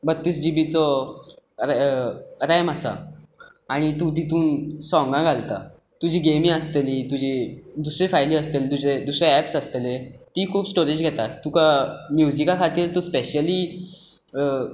बत्तीस जिबीचो रॅ रॅम आसा आनी तूं तातूंत सोंगां घालता तुजी गेमी आसतलींं तुजी दुसऱ्यो फायली आसतल्यो तुजे दुसरे एप्स आसतले ती खूब स्टोरेज घेता तुका म्युजिका खातीर तूंं स्पेशली